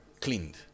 cleaned